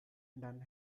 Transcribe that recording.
dunn